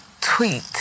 tweet